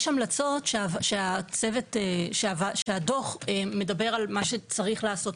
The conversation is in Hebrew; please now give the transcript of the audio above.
יש המלצות שהדוח מדבר על מה שצריך לעשות,